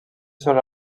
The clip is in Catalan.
sobre